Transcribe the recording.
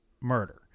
murder